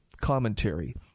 commentary